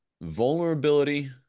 vulnerability